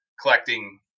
collecting